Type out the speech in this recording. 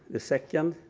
the second,